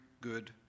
good